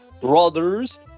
brothers